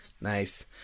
Nice